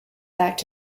back